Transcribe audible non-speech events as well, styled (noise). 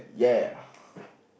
yeah (breath)